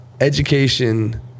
education